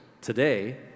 today